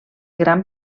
gran